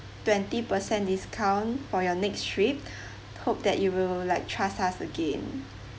twenty percent discount for your next trip hope that you will like trust us again